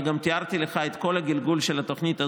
אני גם תיארתי לך את כל הגלגול של התוכנית הזאת: